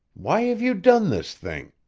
why have you done this thing?